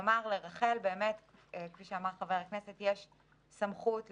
כלומר, לרח"ל יש באמת סמכות לתאם,